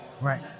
Right